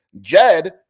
Jed